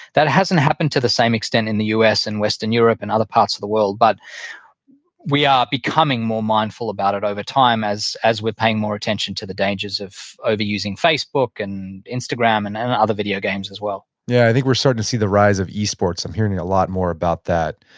that hasn't happened to the same extent in the us and western europe and other parts of the world, but we are becoming more mindful about it over time as as we're paying more attention to the dangers of over-using facebook, and instagram, and and other video games as well yeah, i think we're starting to see the rise of esports. i'm hearing a lot more about that,